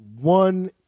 one